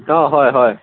অঁ হয় হয়